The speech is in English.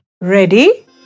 ready